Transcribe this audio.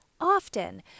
often